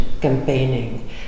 campaigning